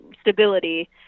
stability